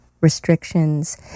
restrictions